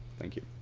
thank you.